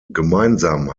gemeinsam